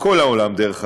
בכל העולם, דרך אגב,